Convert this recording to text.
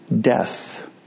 death